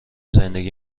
زندگی